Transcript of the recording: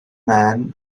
man